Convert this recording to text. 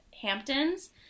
Hamptons